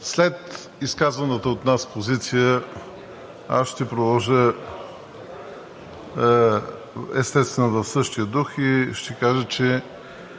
След изказаната от нас позиция аз ще продължа, естествено, в същия дух и ще кажа, че